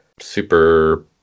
super